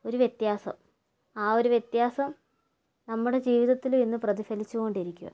ഒരു വ്യത്യാസം ആ ഒരു വ്യത്യാസം നമ്മുടെ ജീവിതത്തിലും ഇന്ന് പ്രതിഫലിച്ചുകൊണ്ടിരിക്കുകയാ